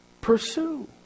Pursue